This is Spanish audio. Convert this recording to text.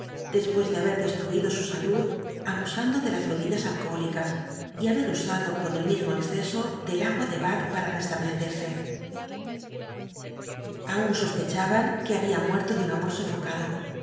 despues de haber dcstruido su salud abusando de las bebidas alcohólicas y habcl usado con el mismo exceso del agua de dalh para restablecerse aun sospechaban que babia muerto de un amor sofocado